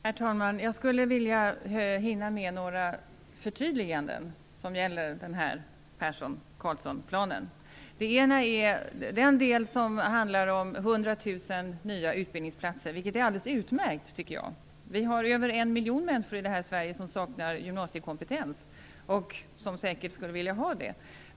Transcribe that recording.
Herr talman! Jag skulle vilja hinna med några förtydliganden som gäller Persson-Carlsson-planen. Det ena handlar om 100 000 nya utbildningsplatser, vilket jag tycker är alldeles utmärkt. Vi har över en miljon människor här i Sverige som saknar gymnasiekompetens och som säkert skulle vilja ha det.